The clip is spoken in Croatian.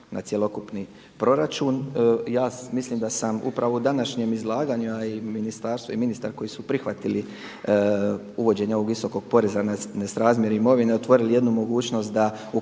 na cjelokupni proračun. Ja mislim da sam upravo u današnjem izlaganju a i ministarstvo i ministar koji su prihvatili uvođenje ovog visokog poreza na nesrazmjer imovine otvorili jednu mogućnost da u